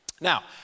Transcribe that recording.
Now